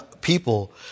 people